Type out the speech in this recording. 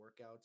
workouts